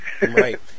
Right